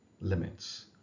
limits